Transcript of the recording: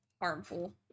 harmful